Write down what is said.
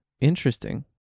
interesting